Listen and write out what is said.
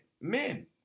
men